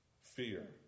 fear